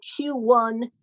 Q1